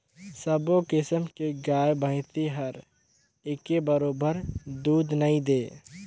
सबो किसम के गाय भइसी हर एके बरोबर दूद नइ दे